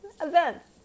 events